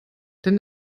denn